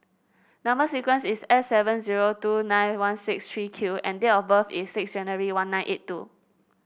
number sequence is S seven zero two nine one six three Q and date of birth is six January one nine eight two